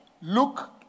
Look